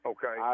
Okay